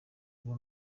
bimwe